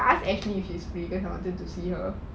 I ask ashley if you wanted to see her